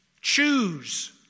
Choose